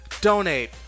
Donate